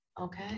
Okay